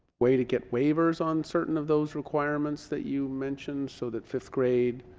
way to get waivers on certain of those requirements that you mentioned so that fifth grade